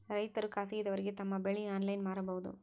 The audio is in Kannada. ರೈತರು ಖಾಸಗಿದವರಗೆ ತಮ್ಮ ಬೆಳಿ ಆನ್ಲೈನ್ ಮಾರಬಹುದು?